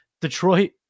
Detroit